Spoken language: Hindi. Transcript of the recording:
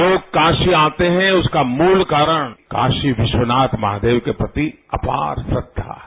लोग काशी आते हैं उसका मूल कारण काशी विश्वनाथ महादेव के प्रति अपार श्रद्धा है